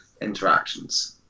interactions